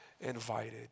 invited